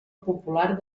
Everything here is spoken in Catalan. popular